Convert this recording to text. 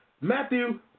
Matthew